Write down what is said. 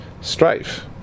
strife